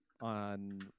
on